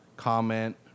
comment